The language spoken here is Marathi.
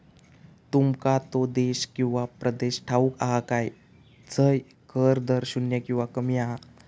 तुमका तो देश किंवा प्रदेश ठाऊक हा काय झय कर दर शून्य किंवा कमी हा?